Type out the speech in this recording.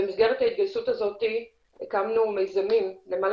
במסגרת ההתגייסות הזאת הקמנו למעלה